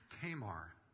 Tamar